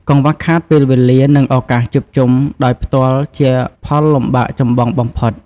កង្វះខាតពេលវេលា និងឱកាសជួបជុំដោយផ្ទាល់ជាផលលំបាកចម្បងបំផុត។